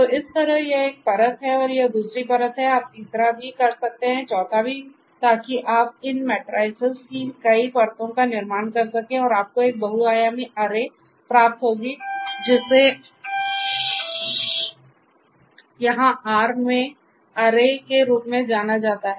तो इस तरह यह एक परत है और यह दूसरी परत है आप तीसरा भी कर सकते हैं चौथा भी ताकि आप इन मैट्रिसेस के रूप में जाना जाता है